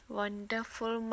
wonderful